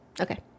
okay